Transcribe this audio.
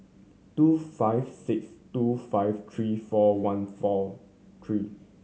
two five six two five three four one four three